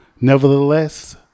Nevertheless